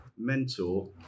mentor